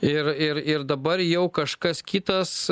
ir ir ir dabar jau kažkas kitas